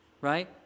right